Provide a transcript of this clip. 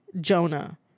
Jonah